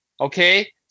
Okay